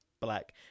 black